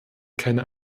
keine